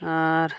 ᱟᱨ